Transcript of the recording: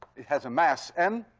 it has a mass m,